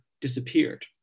disappeared